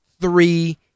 three